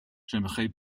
j’aimerais